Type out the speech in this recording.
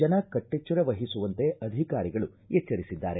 ಜನ ಕಟ್ಟೆಚ್ಚರ ವಹಿಸುವಂತೆ ಅಧಿಕಾರಿಗಳು ಎಚ್ಚರಿಸಿದ್ದಾರೆ